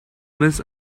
miss